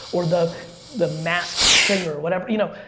or the the masked singer, whatever, you know.